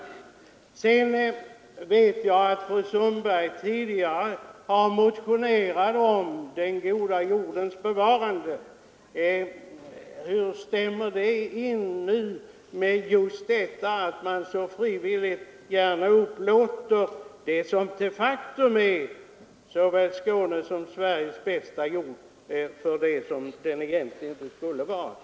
Vidare vet jag att fru Sundberg har motionerat om den goda jordens bevarande. Hur stämmer det med att hon nu frivilligt är med på att upplåta det som de facto är såväl Skånes som Sveriges bästa jord för ett ändamål som den egentligen inte skulle användas till?